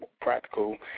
practical